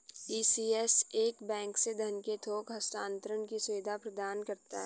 ECS एक bank से धन के थोक हस्तांतरण की सुविधा प्रदान करता है